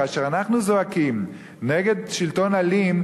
כאשר אנחנו זועקים נגד שלטון אלים,